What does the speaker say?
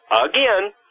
again